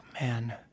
man